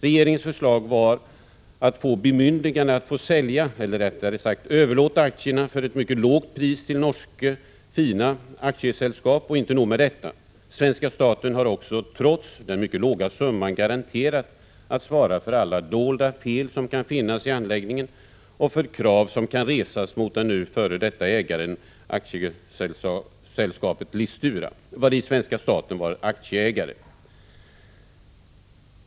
Regeringens förslag var att få bemyndigande att sälja eller rättare sagt överlåta aktierna för ett mycket lågt pris till Norske Fina A S, vari svenska staten var aktieägare.